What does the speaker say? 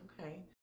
Okay